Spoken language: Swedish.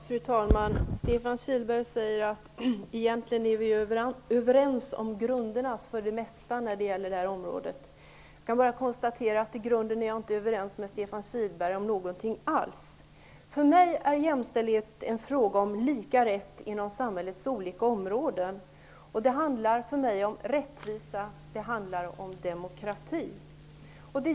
Fru talman! Sefan Kihlberg säger att vi egentligen är överens om grunderna för detta område. Jag skall bara konstatera att jag i grunden inte är överens med Stefan Kihlberg om något alls. För mig är jämställdheten en fråga om lika rätt inom samhällets olika områden. Det handlar om rättvisa och demokrati.